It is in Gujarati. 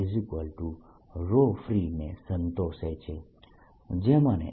Dfree ને સંતોષે છે જે મને